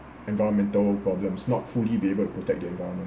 environmental problems not fully be able to protect the environment